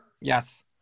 yes